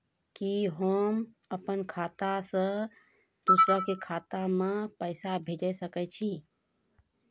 कि होम अपन खाता सं दूसर के खाता मे पैसा भेज सकै छी?